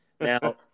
Now